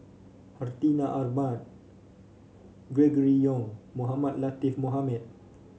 Hartinah Ahmad Gregory Yong Mohamed Latiff Mohamed